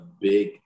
big